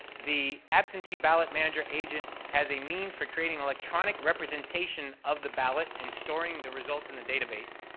the absentee-ballot-manager-agent has a means for creating electronic representation of the ballot and storing the result in the database.